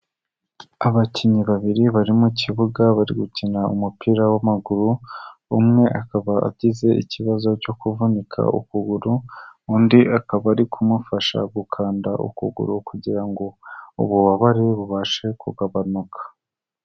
Abakinnyi babiri bari mu kibuga bari gukina umupira w'amaguru, umwe akaba agize ikibazo cyo kuvunika ukuguru, undi akaba ari kumufasha gukanda ukuguru kugira ngo ububabare bubashe kugabanuka.